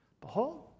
Behold